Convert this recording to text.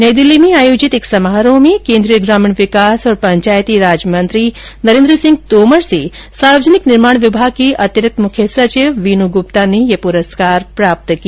नई दिल्ली में आयोजित एक समारोह में केन्द्रीय ग्रामीण विकास और पंचायतीराज मंत्री नरेन्द्र सिंह तोमर से सार्वजनिक निर्माण विभाग की अतिरिक्त मुख्य सचिव वीनू गृप्ता ने यह पुरस्कार प्राप्त किया